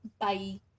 Bye